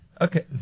Okay